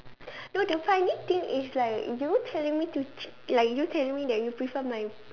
no the funny thing is like you telling me to cheat like you telling me that you prefer my